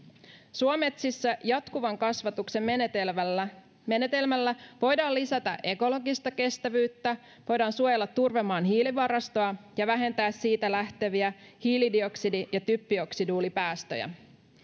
suometsissä jatkuvan kasvatuksen menetelmällä menetelmällä voidaan lisätä ekologista kestävyyttä voidaan suojella turvemaan hiilivarastoa ja vähentää siitä lähteviä hiilidioksidi ja typpioksiduulipäästöjä